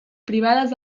privades